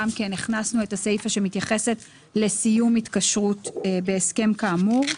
הכנסנו את הסיפה שמתייחסת לסיום התקשרות בהסכם כאמור.